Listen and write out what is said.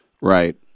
Right